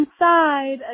inside